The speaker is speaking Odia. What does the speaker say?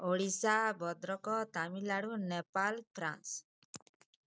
ଓଡ଼ିଶା ଭଦ୍ରକ ତାମିଲନାଡ଼ୁ ନେପାଳ ଫ୍ରାନ୍ସ୍